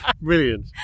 brilliant